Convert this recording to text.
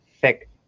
thick